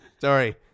Sorry